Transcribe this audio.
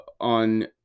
on